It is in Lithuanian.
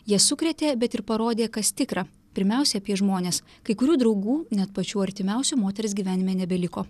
ją sukrėtė bet ir parodė kas tikra pirmiausiai apie žmones kai kurių draugų net pačių artimiausių moters gyvenime nebeliko